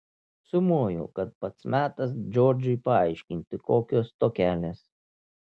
sumojau kad pats metas džordžui paaiškinti kokios tokelės